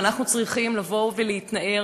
ואנחנו צריכים לבוא ולהתנער.